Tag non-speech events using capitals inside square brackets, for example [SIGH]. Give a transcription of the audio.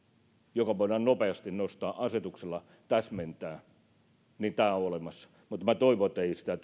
joka voidaan nopeasti asetuksella täsmentää tämä on olemassa mutta minä toivon että sitä [UNINTELLIGIBLE]